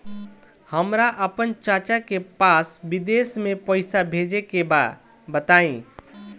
हमरा आपन चाचा के पास विदेश में पइसा भेजे के बा बताई